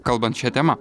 kalbant šia tema